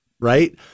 Right